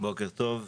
בוקר טוב.